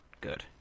Good